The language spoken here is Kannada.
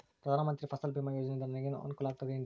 ಪ್ರಧಾನ ಮಂತ್ರಿ ಫಸಲ್ ಭೇಮಾ ಯೋಜನೆಯಿಂದ ನನಗೆ ಅನುಕೂಲ ಆಗುತ್ತದೆ ಎನ್ರಿ?